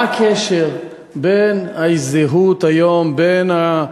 מה הקשר היום בין הזהות,